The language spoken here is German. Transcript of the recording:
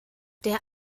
der